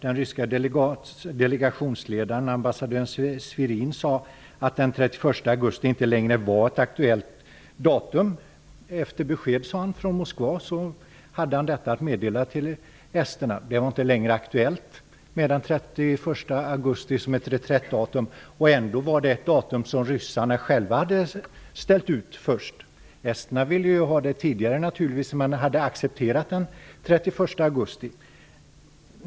Den ryska delegationsledaren ambassadör Svirin sade att han efter besked från Moskva hade att meddela esterna att den 31 augusti inte längre var aktuellt som ett reträttdatum. Ändå var det ryssarna själva som först hade angivit detta datum. Esterna ville naturligtvis ha ett tidigare datum men hade accepterat den 31 augusti.